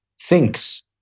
thinks